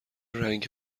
رنگ